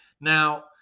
Now